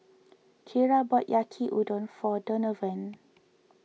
Kierra bought Yaki Udon for Donovan